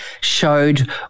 showed